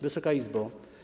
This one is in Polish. Wysoka Izbo!